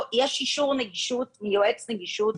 יש אישור נגישות מיועץ נגישות.